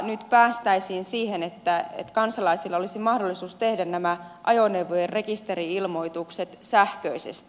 nyt päästäisiin siihen että kansalaisilla olisi mahdollisuus tehdä nämä ajoneuvojen rekisteri ilmoitukset sähköisesti